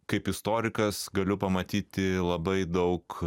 kaip istorikas galiu pamatyti labai daug